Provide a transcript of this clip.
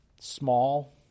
small